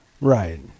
Right